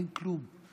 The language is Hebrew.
אין כלום.